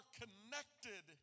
connected